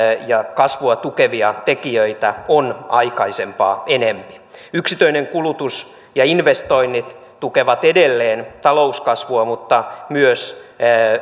ja kasvua tukevia tekijöitä on aikaisempaa enempi yksityinen kulutus ja investoinnit tukevat edelleen talouskasvua mutta myös